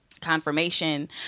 confirmation